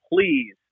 please